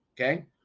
Okay